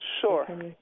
Sure